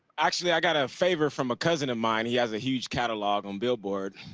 actually i got a favor from a cousin of mine, he has a huge catalog on billboard.